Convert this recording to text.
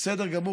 בסדר גמור,